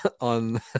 on